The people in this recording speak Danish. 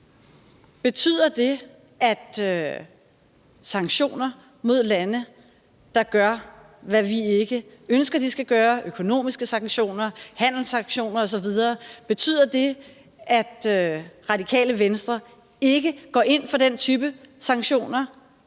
går ind for sanktioner mod lande, der gør, hvad vi ikke ønsker, de skal gøre – økonomiske sanktioner, handelssanktioner osv.? Betyder det, at Radikale Venstre ikke går ind for den type sanktioner?